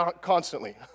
constantly